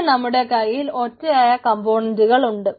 പിന്നെ നമ്മുടെ കൈയിൽ ഒറ്റയായ കംപോണന്റുകൾ ഉണ്ട്